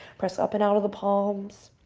press up and out of the palms.